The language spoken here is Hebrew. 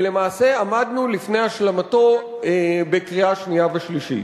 ולמעשה עמדנו לפני השלמתה בקריאה שנייה ושלישית.